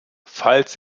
falls